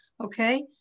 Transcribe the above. okay